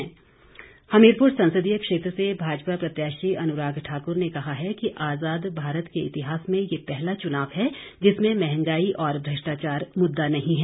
अनुराग ठाकुर हमीरपुर संसदीय क्षेत्र से भाजपा प्रत्याशी अनुराग ठाकुर ने कहा है कि आजाद भारत के इतिहास में ये पहला चुनाव है जिसमें महंगाई और भ्रष्टाचार मुद्दा नहीं है